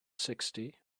sixty